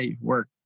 work